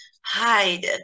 Hide